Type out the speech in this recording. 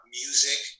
music